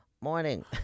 morning